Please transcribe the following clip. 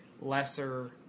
lesser